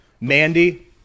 Mandy